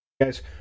guys